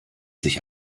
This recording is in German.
sich